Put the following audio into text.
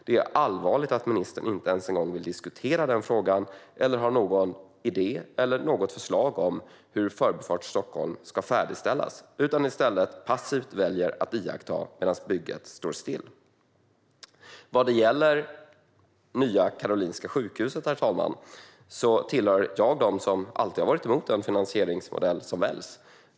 Det är allvarligt att ministern inte ens vill diskutera denna fråga eller har någon idé om eller något förslag på hur Förbifart Stockholm ska färdigställas utan i stället väljer att passivt iaktta medan bygget står stilla. Vad gäller Nya Karolinska sjukhuset, herr talman, tillhör jag dem som alltid har varit emot den finansieringsmodell som har valts.